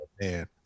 man